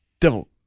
Devil